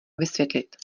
vysvětlit